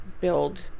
build